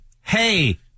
Hey